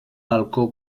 balcó